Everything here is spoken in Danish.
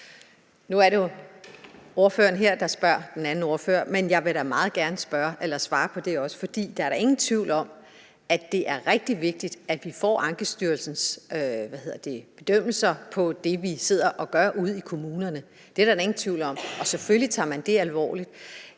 Nu er det jo ordføreren her, der spørger en anden ordfører, men jeg vil da meget gerne svare på det også, for der er da ingen tvivl om, at det er rigtig vigtigt, at vi får Ankestyrelsens bedømmelser af det, vi sidder og gør ude i kommunerne. Det er der da ingen tvivl om. Selvfølgelig tager man det alvorligt.